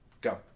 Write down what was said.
Go